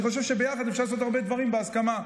אני חושב שביחד אפשר לעשות הרבה דברים בהסכמה,